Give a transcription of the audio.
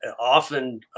often